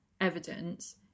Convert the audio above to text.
evidence